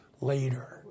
later